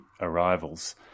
arrivals